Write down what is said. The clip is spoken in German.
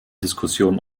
diskussion